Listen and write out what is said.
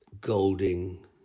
Golding